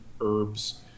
herbs